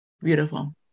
Beautiful